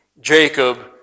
Jacob